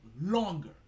longer